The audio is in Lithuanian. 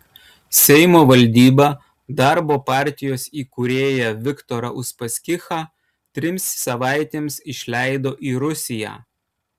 seimo valdyba darbo partijos įkūrėją viktorą uspaskichą trims savaitėms išleido į rusiją